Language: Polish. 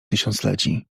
tysiącleci